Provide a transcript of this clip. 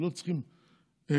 לא צריכים נוספות.